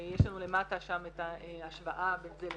יש לנו למטה שם את ההשוואה בין זה לזה.